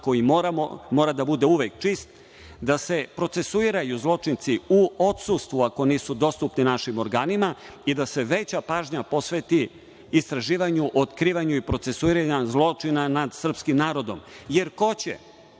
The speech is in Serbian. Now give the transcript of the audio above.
koji mora da bude uvek čist, da se procesuiraju zločinci u odsustvu ako nisu dostupni našim organima i da se veća pažnja posveti istraživanju, otkrivanju i procesuiranju zločina nad srpskim narodom. Jer, ko će,